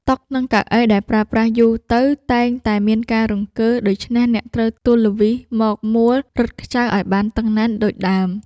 តុ និងកៅអីដែលប្រើប្រាស់យូរទៅតែងតែមានការរង្គើ ដូច្នេះអ្នកត្រូវយកទួណឺវីសមកមួលរឹតខ្ចៅឱ្យបានតឹងណែនដូចដើម។